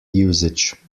usage